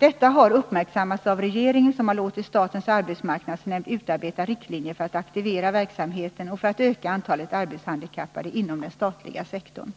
Detta har uppmärksammats av regeringen, som har låtit statens arbetsmarknadsnämnd utarbeta riktlinjer för att aktivera verksamheten och för att öka antalet arbetshandikappade inom den statliga sektorn.